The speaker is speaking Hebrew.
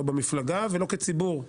לא במפלגה ולא כציבור,